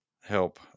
help